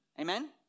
Amen